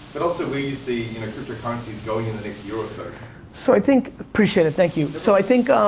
but also where you see, you know, cryptocurrencies going in the next year or so. so i think, appreciate it, thank you. so i think